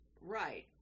right